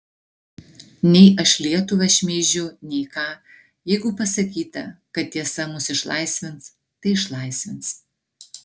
nei aš lietuvą šmeižiu nei ką jeigu pasakyta kad tiesa mus išlaisvins tai išlaisvins